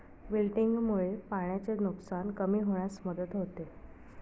विल्टिंगमुळे पाण्याचे नुकसान कमी होण्यास मदत होते